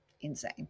insane